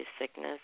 sickness